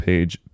page